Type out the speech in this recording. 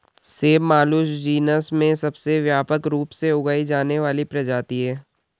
सेब Malus genus में सबसे व्यापक रूप से उगाई जाने वाली प्रजाति है